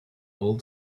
all